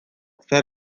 zer